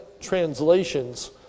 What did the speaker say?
translations